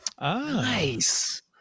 nice